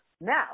now